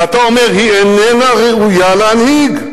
ואתה אומר: היא איננה ראויה להנהיג,